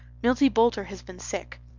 milty boulter has been sick.